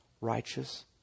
righteous